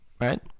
Right